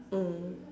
mm